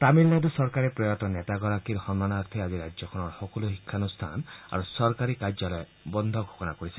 তামিলনাডু চৰকাৰে প্ৰয়াত নেতাগৰাকীৰ সন্মানাৰ্থে আজি ৰাজ্যখনৰ সকলো শিক্ষানুষ্ঠান আৰু চৰকাৰী কাৰ্যালয় বন্ধ ঘোষণা কৰিছে